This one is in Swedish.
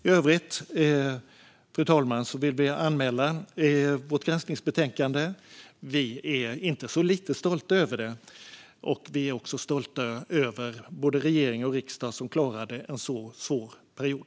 I övrigt, fru talman, vill vi anmäla vårt granskningsbetänkande. Vi är inte så lite stolta över det. Vi är också stolta över både regering och riksdag, som klarade en så svår period.